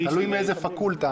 תלוי באיזה פקולטה,